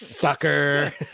sucker